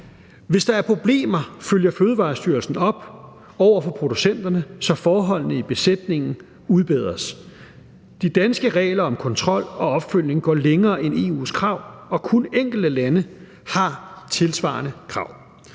Hvis der er problemer, følger Fødevarestyrelsen op over for producenterne, så forholdene i besætningen udbedres. De danske regler om kontrol og opfølgning går længere end EU's krav, og kun enkelte lande har tilsvarende krav.